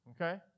Okay